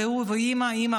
יחיד.